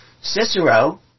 Cicero